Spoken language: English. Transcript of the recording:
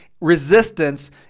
resistance